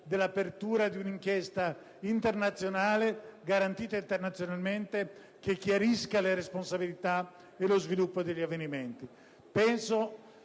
dell'apertura di un'inchiesta internazionale, garantita internazionalmente, che chiarisca le responsabilità e lo sviluppo degli avvenimenti. Ritengo,